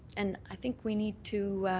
and i think we need to